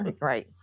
right